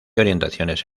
orientaciones